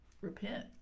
repent